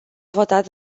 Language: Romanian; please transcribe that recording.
votat